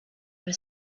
was